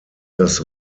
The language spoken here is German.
das